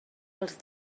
els